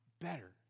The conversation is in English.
better